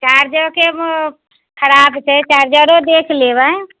चार्जरके खराप छै चार्जरो देखि लेबै